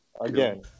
Again